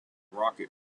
rocket